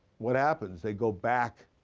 what happens? they go back,